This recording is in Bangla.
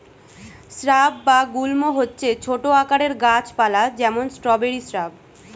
স্রাব বা গুল্ম হচ্ছে ছোট আকারের গাছ পালা, যেমন স্ট্রবেরি শ্রাব